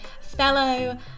fellow